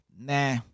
nah